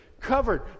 covered